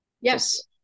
yes